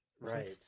right